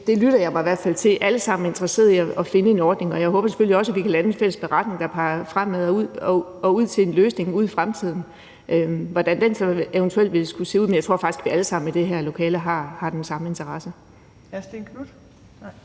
det lytter jeg mig i hvert fald til – alle sammen er interesserede i at finde en ordning. Jeg håber selvfølgelig også, at vi kan lande en fælles beretning, der peger fremad og ud til en løsning ude i fremtiden, hvordan den så eventuelt vil skulle se ud. Men jeg tror faktisk, vi alle sammen i det her lokale har den samme interesse.